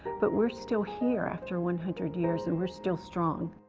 but we're still here after one hundred years, and we're still strong.